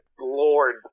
Lord